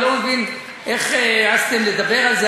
אני לא מבין איך העזתם לדבר על זה,